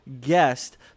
guest